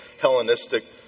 Hellenistic